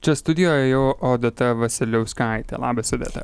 čia studijoj jau odeta vasiliauskaitė labas odeta